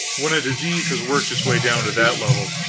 when a disease has worked its way down to that level,